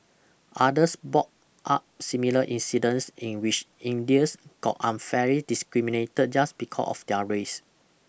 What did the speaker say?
others brought up similar incidents in which Indians got unfairly discriminated just because of their race